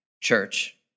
church